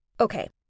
Okay